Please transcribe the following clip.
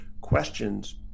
questions